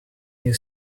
you